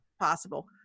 possible